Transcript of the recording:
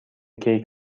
کیک